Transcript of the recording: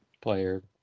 player